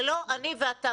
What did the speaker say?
זה לא אני ואתה,